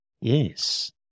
Yes